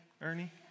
Ernie